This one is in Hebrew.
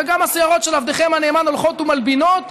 וגם השערות של עבדכם הנאמן הולכות ומלבינות,